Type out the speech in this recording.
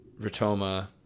Rotoma